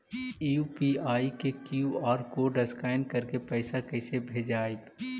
UPI के QR code scan करके पैसा कैसे भेजबइ?